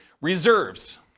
reserves